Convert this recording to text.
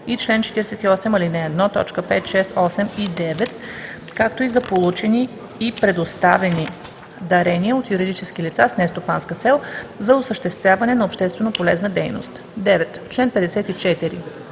и чл. 48, ал. 1, т. 5, 6, 8 и 9, както и за получени и предоставени дарения от юридически лица с нестопанска цел за осъществяване на общественополезна дейност.“ 9. В чл.